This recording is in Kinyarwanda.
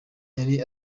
yari